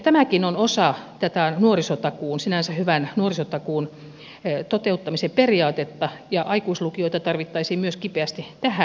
tämäkin on osa tätä sinänsä hyvän nuorisotakuun toteuttamisen periaatetta ja aikuislukioita tarvittaisiin myös kipeästi tähän